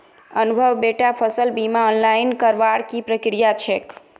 अनुभव बेटा फसल बीमा ऑनलाइन करवार की प्रक्रिया छेक